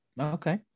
Okay